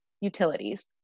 utilities